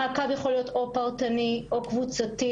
המעקב יכול להיות פרטני או קבוצתי,